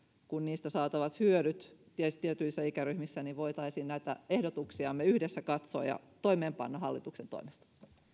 kuin niistä saatavat hyödyt tietyissä ikäryhmissä voitaisiin näitä ehdotuksiamme yhdessä katsoa ja toimeenpanna hallituksen toimesta